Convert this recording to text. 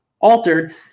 altered